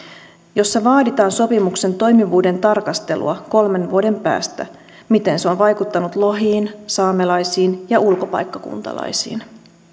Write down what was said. jossa vaaditaan sopimuksen toimivuuden tarkastelua kolmen vuoden päästä miten se on vaikuttanut lohiin saamelaisiin ja ulkopaikkakuntalaisiin